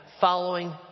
following